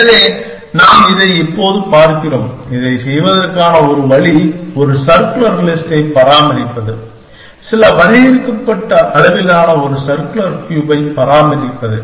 எனவே நாம் இதை இப்போது பார்க்கிறோம் இதைச் செய்வதற்கான ஒரு வழி ஒரு சர்க்குலர் லிஸ்ட்டைப் பராமரிப்பது சில வரையறுக்கப்பட்ட அளவிலான ஒரு சர்க்குலர் கியூபைப் பராமரிப்பது